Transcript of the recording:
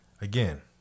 again